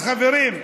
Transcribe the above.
אז חברים,